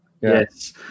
Yes